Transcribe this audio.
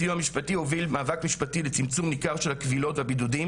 הסיוע המשפטי הוביל מאבק משפטי לצמצום ניכר של הכבילות והבידודים